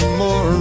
more